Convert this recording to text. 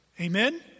Amen